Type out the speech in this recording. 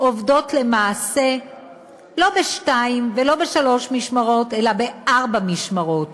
עובדות למעשה לא בשתיים ולא בשלוש משמרות אלא בארבע משמרות.